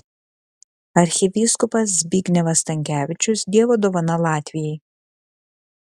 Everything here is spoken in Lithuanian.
arkivyskupas zbignevas stankevičius dievo dovana latvijai